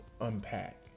unpack